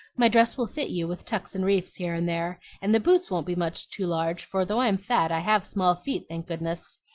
my dress will fit you, with tucks and reefs here and there and the boots won't be much too large, for though i'm fat i have small feet, thank goodness!